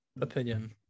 opinion